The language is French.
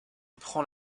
prend